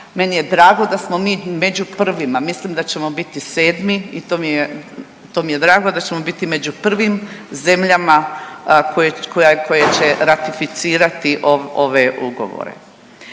Meni je drago da smo mi među prvima, mislim da ćemo biti 7. i to mi je drago da ćemo biti među prvim zemljama koje, koja, koje će ratificirati ove ugovore.